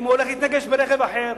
אם הוא הולך להתנגש ברכב אחר.